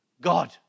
God